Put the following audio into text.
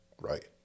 right